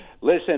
Listen